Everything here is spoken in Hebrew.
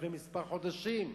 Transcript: לפני כמה חודשים.